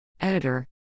Editor